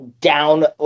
down